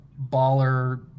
baller